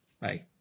Bye